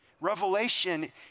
Revelation